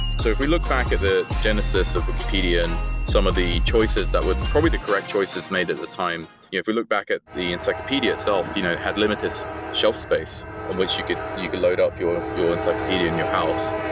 so if we look back at the genesis of wikipedia and some of the choices that would probably the correct choices made at the time. if we look back at the encyclopedia itself, it you know had limited shelf space on which you could you could load up your your encyclopedia in your house,